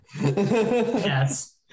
Yes